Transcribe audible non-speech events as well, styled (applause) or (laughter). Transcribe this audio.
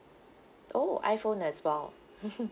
oh iphone as well (laughs)